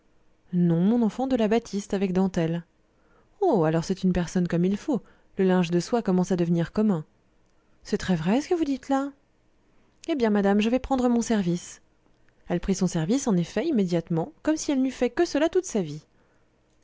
non mon enfant de la batiste avec dentelles oh alors c'est une personne comme il faut le linge de soie commence à devenir commun c'est très vrai ce que vous dites là eh bien madame je vais prendre mon service elle prit son service en effet immédiatement comme si elle n'eût fait que cela toute sa vie